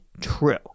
true